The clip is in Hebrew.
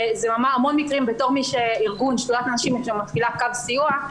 בתור ארגון שדולת הנשים שמפעיל קו סיוע,